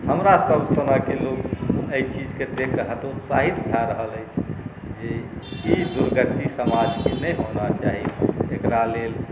हमरासब समयके लोक एहि चीजके देखिकऽ हतोत्साहित भऽ रहल अछि जे ई दुर्गति समाजके नहि होना चाही एकरा लेल